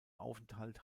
aufenthalt